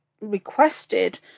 requested